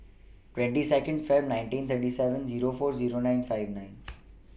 twenty seond February nineteen thirty seven Zero four Zero nine five nine